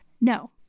no